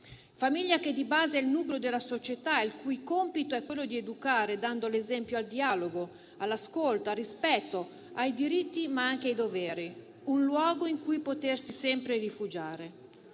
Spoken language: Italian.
Famiglia che di base è il nucleo della società. Il suo compito è quello di educare, dando l'esempio al dialogo, all'ascolto, al rispetto, ai diritti, ma anche ai doveri, un luogo in cui potersi sempre rifugiare.